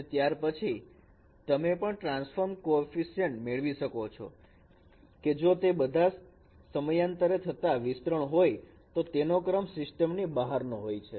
અને ત્યાર પછી તમે પણ ટ્રાન્સફોર્મ કોએફિશિયન્ટ મેળવી શકો છો કે જો તે બધા જ સમયાંતરે થતાં વિસ્તરણ હોય તો તેનો ક્રમ સિસ્ટમની બહાર નો હોય છે